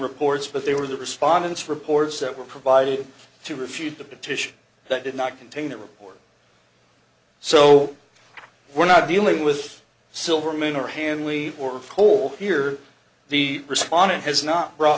reports but they were the respondents reports that were provided to refute the petition that did not contain a report so we're not dealing with silvermoon or hand we were told here the respondent has not